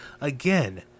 Again